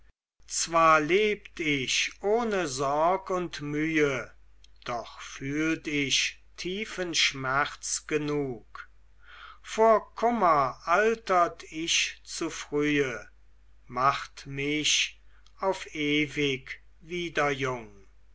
zwar lebt ich ohne sorg und mühe doch fühlt ich tiefen schmerz genung vor kummer altert ich zu frühe macht mich auf ewig wieder jung